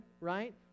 right